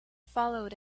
followed